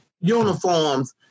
uniforms